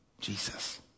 Jesus